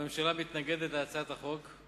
הממשלה מתנגדת להצעת החוק.